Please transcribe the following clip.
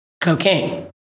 cocaine